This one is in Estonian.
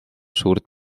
suurt